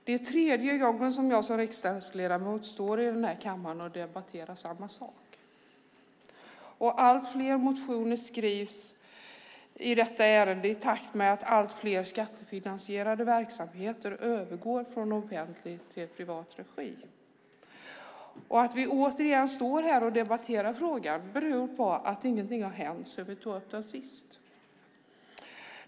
Det är tredje gången jag som riksdagsledamot står i denna kammare och debatterar samma sak. Allt fler motioner skrivs i detta ärende i takt med att allt fler skattefinansierade verksamheter övergår från offentlig till privat regi. Att vi återigen står här och debatterar frågan beror på att ingenting har hänt sedan vi tog upp den sist.